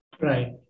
Right